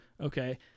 Okay